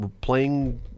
playing